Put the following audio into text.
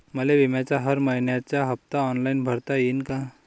मले बिम्याचा हर मइन्याचा हप्ता ऑनलाईन भरता यीन का?